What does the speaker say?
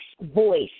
voice